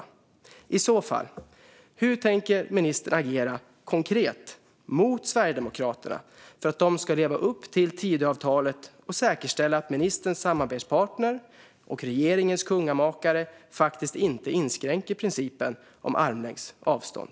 Om det senare är fallet, hur tänker ministern agera - konkret - mot Sverigedemokraterna för att de ska leva upp till Tidöavtalet och säkerställa att ministerns samarbetspartner och regeringens kungamakare faktiskt inte inskränker principen om armlängds avstånd?